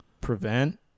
prevent